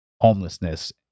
homelessness